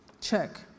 Check